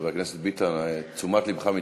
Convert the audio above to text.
חבר הכנסת ביטן, תשומת לבך מתבקשת.